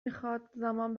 میخواد، زمان